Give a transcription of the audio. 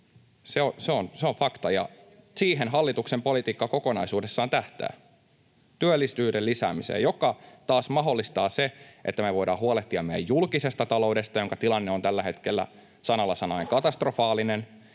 Se on fakta, ja siihen hallituksen politiikka kokonaisuudessaan tähtää: työllisyyden lisäämiseen, joka taas mahdollistaa sen, että me voimme huolehtia meidän julkisesta taloudesta — jonka tilanne on tällä hetkellä sanalla sanoen katastrofaalinen